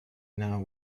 now